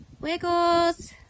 Wiggles